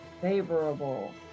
favorable